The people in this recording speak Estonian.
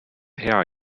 hea